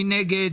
מי נגד?